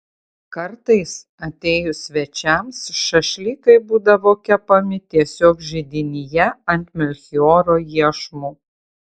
kartais atėjus svečiams šašlykai būdavo kepami tiesiog židinyje ant melchioro iešmų